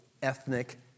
Ethnic